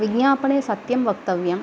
विज्ञापने सत्यं वक्तव्यं